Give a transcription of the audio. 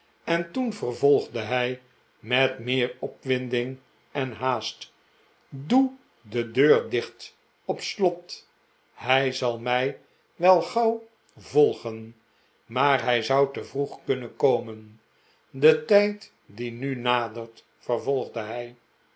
en toen vervolgde hij met meer opwinding en haast doe de deur dicht op slot hij zal mij wel gauw volgen maar hij zou te vroeg kunnen komen de tijd die nu nadert vervolgde hij